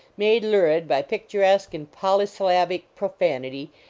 made lurid by pict uresque and polysyllabic profanity,